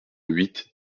huit